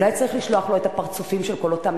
אולי צריך לשלוח לו את הפרצופים של כל אותם